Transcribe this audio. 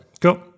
Cool